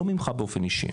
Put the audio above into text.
לא ממך באופן אישי,